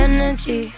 Energy